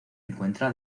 encuentra